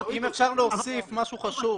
אם אפשר להוסיף משהו חשוב.